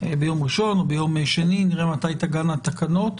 ביום ראשון או ביום שני, נראה מתי תגענה התקנות.